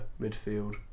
midfield